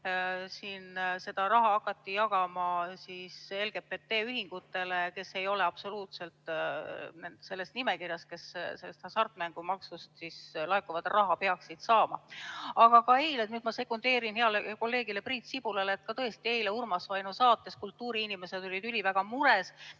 seda raha jagama LGBT-ühingutele, kes ei ole absoluutselt selles nimekirjas, kes hasartmängumaksust laekuvat raha peaksid saama. Aga ka eile – nüüd ma sekundeerin heale kolleegile Priit Sibulale – tõesti Urmas Vaino saates kultuuriinimesed olid üliväga mures.